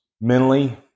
mentally